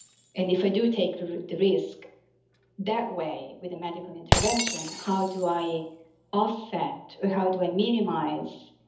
and if i do take the the risk that way with the medical intervention, how do i offset or how do i minimize